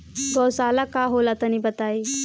गौवशाला का होला तनी बताई?